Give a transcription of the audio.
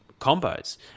combos